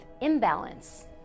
imbalance